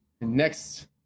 next